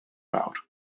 nawr